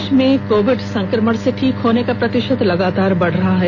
देश में कोविड संक्रमण से ठीक होने का प्रतिशत लगातार बढ रहा है